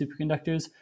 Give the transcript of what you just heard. superconductors